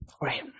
right